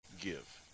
give